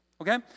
okay